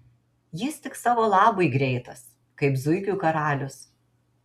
jis tik savo labui greitas kaip zuikių karalius